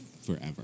forever